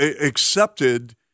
accepted